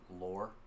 Lore